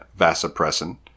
vasopressin